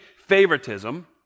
favoritism